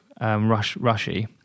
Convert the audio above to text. Rushy